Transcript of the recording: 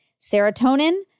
Serotonin